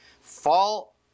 fall